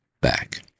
back